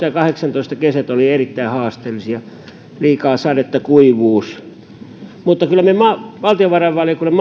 että vuoden kaksituhattaseitsemäntoista ja kaksituhattakahdeksantoista kesät olivat erittäin haasteellisia liikaa sadetta kuivuus mutta kyllä me valtiovarainvaliokunnan